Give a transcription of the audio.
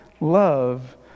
love